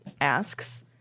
asks